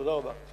תודה רבה.